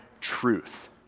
truth